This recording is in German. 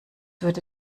würde